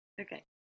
Okay